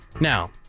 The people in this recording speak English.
Now